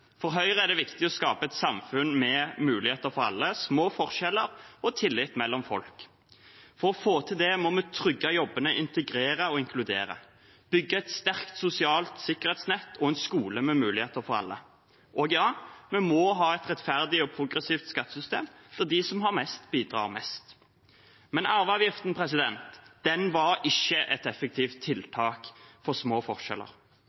For Høyre er det viktig å skape et samfunn med muligheter for alle, små forskjeller og tillit mellom folk. For å få til det må vi trygge jobbene, integrere og inkludere og bygge et sterkt sosialt sikkerhetsnett og en skole med muligheter for alle. Vi må ha et rettferdig og progressivt skattesystem der de som har mest, bidrar mest. Men arveavgiften var ikke et effektivt tiltak for små forskjeller.